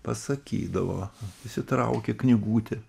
pasakydavo išsitraukė knygutę